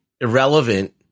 irrelevant